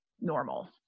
normal